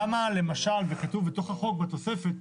בתוך החוק בתוספת